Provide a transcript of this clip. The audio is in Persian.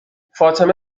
فاطمه